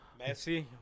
Messi